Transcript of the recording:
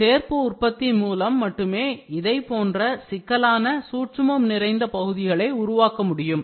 சேர்ப்பு உற்பத்தி மூலம் மட்டுமே இதைப் போன்ற சிக்கலான சூட்சுமம் நிறைந்த பகுதிகளை உருவாக்க முடியும்